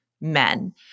men